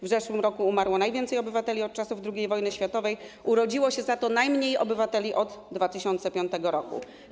W zeszłym roku umarło najwięcej obywateli od czasów II wojny światowej, urodziło się za to najmniej obywateli od 2005 r.